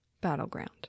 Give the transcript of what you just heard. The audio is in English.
Battleground